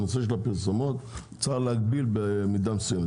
בנושא של הפרסומות צריך להגביל בצורה מסוימת.